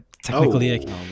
Technically